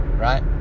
right